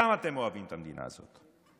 גם אתם אוהבים את המדינה הזאת,